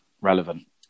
Relevant